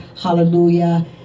hallelujah